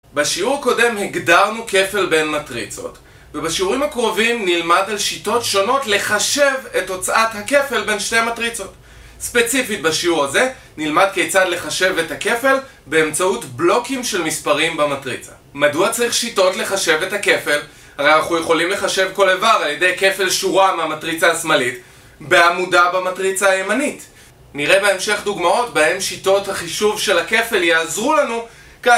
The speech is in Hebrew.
בשיעור הקודם הגדרנו כפל בין מטריצות ובשיעורים הקרובים נלמד על שיטות שונות לחשב את הוצאת הכפל בין שתי מטריצות. ספציפית בשיעור הזה, נלמד כיצד לחשב את הכפל באמצעות בלוקים של מספרים במטריצה. מדוע צריך שיטות לחשב את הכפל הרי אנחנו יכולים לחשב כל איבר על ידי כפל שורה מהמטריצה השמאלית בעמודה במטריצה הימנית נראה בהמשך דוגמאות בהן שיטות החישוב של הכפל יעזרו לנו